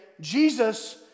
Jesus